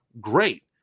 great